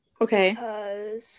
Okay